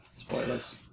Spoilers